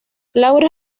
laura